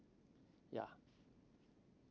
yeah